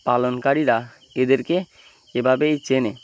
পালনকারীরা এদেরকে এভাবেই চেনে